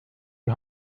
die